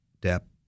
depth